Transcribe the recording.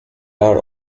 are